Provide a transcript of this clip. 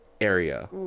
area